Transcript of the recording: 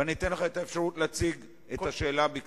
ואתן לך את האפשרות להציג את השאלה בקצרה.